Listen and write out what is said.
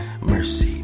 Mercy